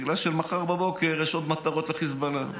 בגלל שמחר בבוקר יש עוד מטרות לחיזבאללה,